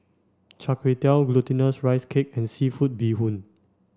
Char Kway Teow glutinous rice cake and seafood bee hoon